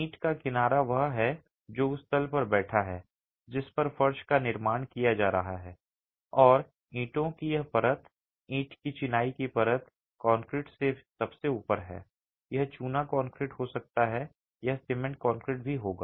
ईंट का किनारा वह है जो उस तल पर बैठा है जिस पर फर्श का निर्माण किया जा रहा है और ईंटों की यह परत ईंट की चिनाई की परत कंक्रीट से सबसे ऊपर है यह चूना कंक्रीट हो सकता है यह सीमेंट कंक्रीट भी होगा